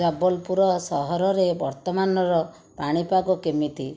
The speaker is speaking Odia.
ଜବଲପୁର ସହରରେ ବର୍ତ୍ତମାନର ପାଣିପାଗ କେମିତି